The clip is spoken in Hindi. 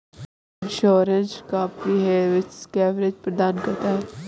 गैप इंश्योरेंस कंप्रिहेंसिव कवरेज प्रदान करता है